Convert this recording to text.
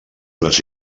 les